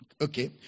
Okay